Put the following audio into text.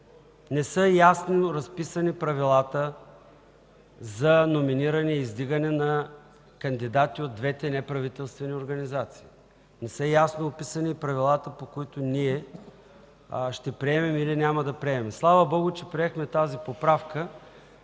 Не са ясно разписани правилата за номиниране и издигане на кандидати от двете неправителствени организации, не са ясно описани правилата, по които ние ще приемем или няма да приемем. Слава Богу, че приехме тази поправка,